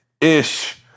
ish